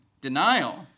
Denial